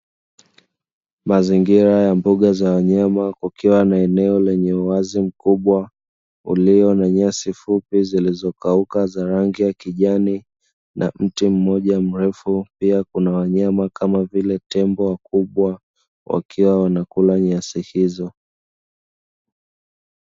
Mazingira ya mbuga za wanyama kukiwa na eneo lenye wazi mkubwa ulio na nyasi fupi zilizokauka za rangi ya kijani na mti mmoja mrefu pia kuna wanyama kama vile tembo wakubwa wakiwa wanakula nyasi hizo.